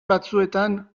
batzuetan